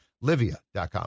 livia.com